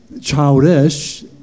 Childish